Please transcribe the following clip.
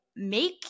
Make